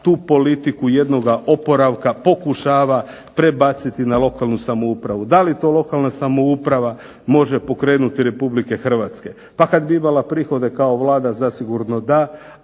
tu politiku jednoga oporavka pokušava prebaciti na lokalnu samoupravu. Da li to lokalna samouprava može pokrenuti Republike Hrvatske? Pa kad bi imala prihode kao Vlada zasigurno da,